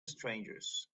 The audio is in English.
strangers